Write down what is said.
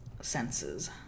senses